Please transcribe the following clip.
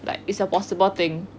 like it's a possible thing